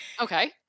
Okay